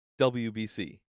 WBC